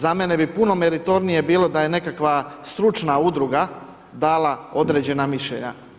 Za mene bi puno meritornije bilo da je nekakva stručna udruga dala određena mišljenja.